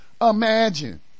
Imagine